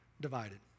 divided